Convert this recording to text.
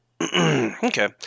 okay